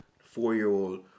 four-year-old